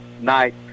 night